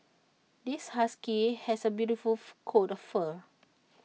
this husky has A beautiful for coat of fur